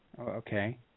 Okay